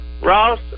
ross